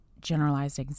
generalized